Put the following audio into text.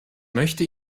möchte